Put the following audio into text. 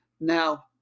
Now